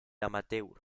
amateur